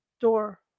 door